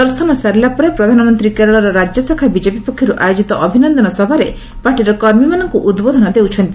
ଦର୍ଶନ ସାରିଲା ପରେ ପ୍ରଧାନମନ୍ତ୍ରୀ କେରଳର ରାଜ୍ୟଶାଖା ବିଜେପି ପକ୍ଷରୁ ଆୟୋଜିତ ଅଭିନନ୍ଦନ ସଭାରେ ପାର୍ଟିର କର୍ମୀମାନଙ୍କୁ ଉଦ୍ବୋଧନ ଦେଉଛନ୍ତି